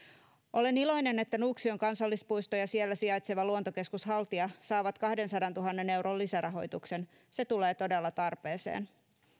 olen iloinen että nuuksion kansallispuisto ja siellä sijaitseva luontokeskus haltia saavat kahdensadantuhannen euron lisärahoituksen se tulee todella tarpeeseen